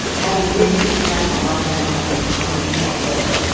having recently spent a lot of time talking to climate specialists,